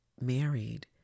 married